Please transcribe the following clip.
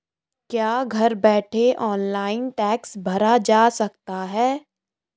क्या घर बैठे ऑनलाइन टैक्स भरा जा सकता है?